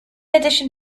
addition